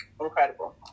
incredible